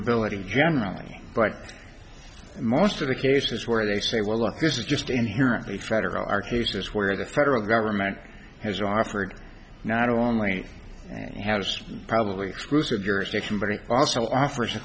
ability generally like most of the cases where they say well look this is just inherently federal are cases where the federal government has offered not only has probably exclusive jurisdiction very also offers